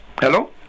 Hello